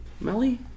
Melly